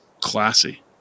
classy